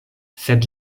sed